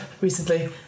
recently